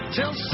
Till